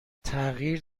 تغییر